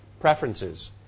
preferences